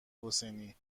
حسینی